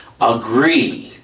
agree